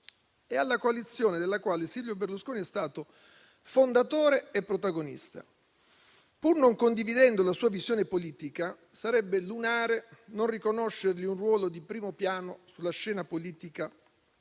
e alla coalizione della quale Silvio Berlusconi è stato fondatore e protagonista. Pur non condividendo la sua visione politica, sarebbe lunare non riconoscergli un ruolo di primo piano sulla scena politica e